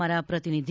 અમારા પ્રતિનિધિ